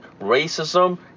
racism